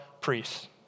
priests